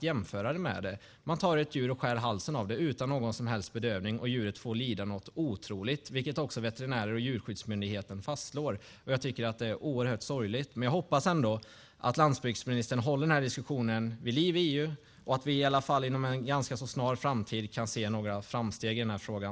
Jämföra med att man skär halsen av ett djur utan någon som helst bedövning och djuret lider otroligt, vilket också veterinärer och Djurskyddsmyndigheten fastslår. Det är oerhört sorgligt. Jag hoppas ändå att landsbygdsministern håller diskussionen vid liv i EU och att vi i en snar framtid kan se framsteg i frågan.